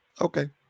okay